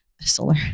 solar